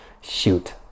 Shoot